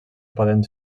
poden